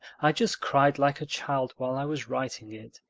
i just cried like a child while i was writing it.